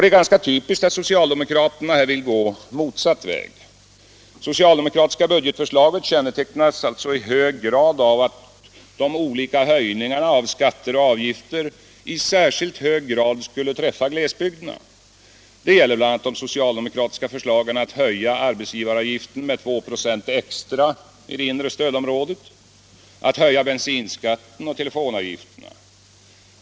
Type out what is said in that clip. Det är ganska typiskt att socialdemokraterna här vill gå motsatt väg. Det socialdemokratiska budgetförslaget kännetecknas alltså i hög grad av att de olika höjningarna av skatter och avgifter i särskilt hög grad skulle träffa glesbygderna. Det gäller bl.a. de socialdemokratiska förslagen att höja arbetsgivaravgiften med 2 96 extra i det inre stödområdet och att höja bensinskatten och telefonavgifterna.